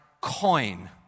coin